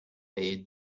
bade